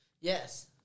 Yes